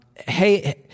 Hey